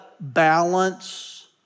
balance